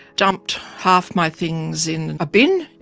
dumped half my things in a bin,